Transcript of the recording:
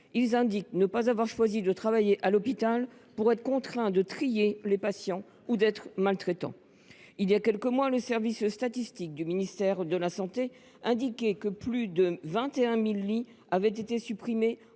Ils indiquent ne pas avoir choisi de travailler à l’hôpital pour être contraints de trier les patients ou d’être maltraitants. Voilà quelques mois, le service statistique du ministère de la santé indiquait que plus de 21 000 lits avaient été supprimés